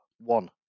one